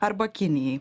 arba kinijai